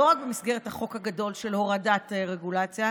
לא רק במסגרת החוק הגדול של הורדת רגולציה,